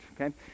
okay